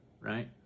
right